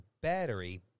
battery